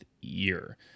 year